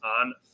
on